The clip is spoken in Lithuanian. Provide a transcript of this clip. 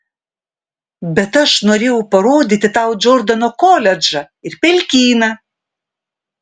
bet aš norėjau parodyti tau džordano koledžą ir pelkyną